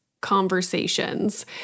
conversations